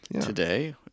today